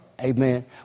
Amen